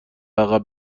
عقب